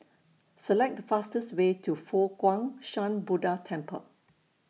Select The fastest Way to Fo Guang Shan Buddha Temple